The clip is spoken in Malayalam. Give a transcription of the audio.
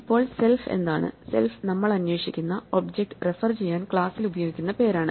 ഇപ്പോൾ സെൽഫ് എന്താണ് സെൽഫ് നമ്മൾ അന്വേഷിക്കുന്ന ഒബ്ജക്റ്റ് റഫർ ചെയ്യാൻ ക്ലാസിൽ ഉപയോഗിക്കുന്ന പേരാണ്